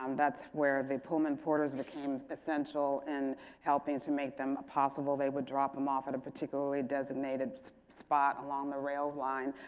um that's where the pullman porters became essential in helping to make them possible. they would drop them off at a particularly designated spot along the rail line.